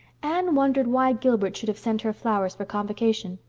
anne wondered why gilbert should have sent her flowers for convocation.